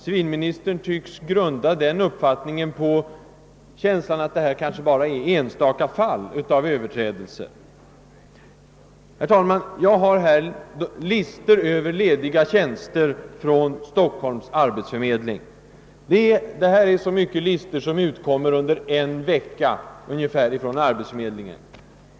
Civilministern tycks grunda sin uppfattning på känslan att det endast förekommer enstaka fall av överträdelser. Jag har i min hand listor från Stockholms arbetsförmedling över lediga platser; så här många listor utkommer det under en vecka från arbetsförmedlingen.